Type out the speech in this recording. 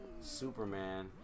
Superman